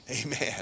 amen